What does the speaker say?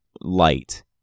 light